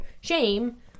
shame